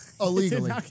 Illegally